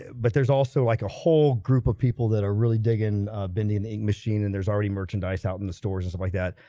but there's also like a whole group of people that are really digging bending machine and there's already merchandise out in the stores like that,